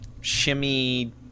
shimmy